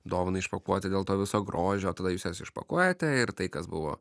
dovaną išpakuoti dėl to viso grožio tada jūs jas išpakuojate ir tai kas buvo